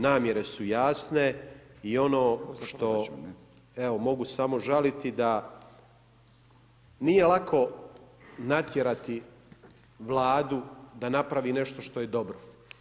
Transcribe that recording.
Namjere su jasne i ono što evo mogu samo žaliti da nije lako natjerati Vladu da napravi nešto što je dobro.